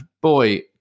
boy